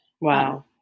Wow